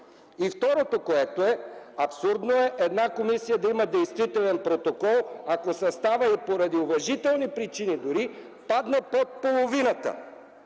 И второто, абсурдно е една комисия да има действителен протокол, ако съставът й, поради уважителни причини дори, падне под половината.